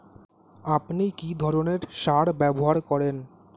আপনি কী ধরনের সার ব্যবহার করেন?